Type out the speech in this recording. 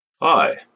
Hi